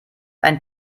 ein